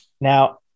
Now